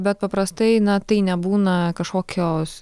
bet paprastai na tai nebūna kažkokios